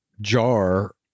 jar